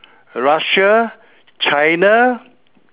Russia China